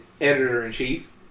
editor-in-chief